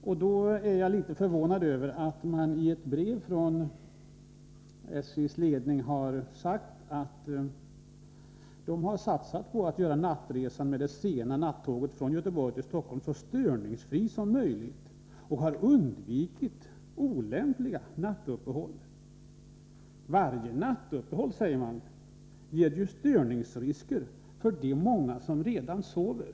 Jag är litet förvånad över att man i ett brev från SJ:s ledning har förklarat, att man satsat på att göra nattresan med det sena nattåget från Göteborg till Stockholm så störningsfri som möjligt och att man har velat undvika ”olämpliga” nattuppehåll. Varje nattuppehåll, säger man, ger ju störningsrisker för de många som redan sover.